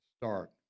start